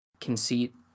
conceit